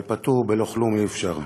אבל פטור בלא כלום אי-אפשר.